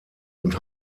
und